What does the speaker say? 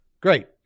great